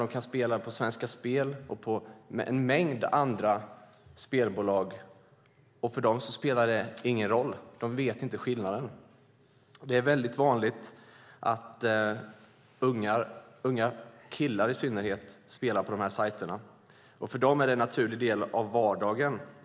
De kan spela på Svenska Spel och en mängd andra spelbolag, och för dem spelar det ingen roll. De vet inte skillnaden. Det är väldigt vanligt att ungdomar, i synnerhet killar, spelar på de här sajterna. För dem är det en naturlig del av vardagen.